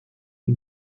him